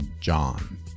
John